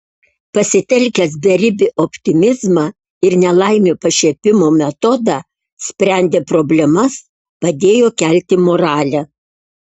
pasitelkęs beribį optimizmą ir nelaimių pašiepimo metodą sprendė problemas padėjo kelti moralę